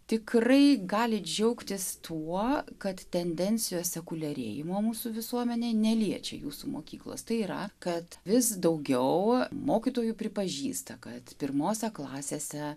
tikrai gali džiaugtis tuo kad tendencijos sekuliarėjimo mūsų visuomenėje neliečia jūsų mokyklos tai yra kad vis daugiau mokytojų pripažįsta kad pirmose klasėse